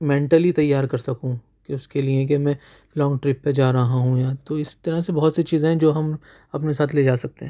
mentally تیار کر سکوں کہ اُس کے لئے کہ میں لانگ ٹرپ پہ جا رہا ہوں یا تو اِس طرح سے بہت سی چیزیں ہیں جو ہم اپنے ساتھ لے جا سکتے ہیں